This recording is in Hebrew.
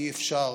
כי אי-אפשר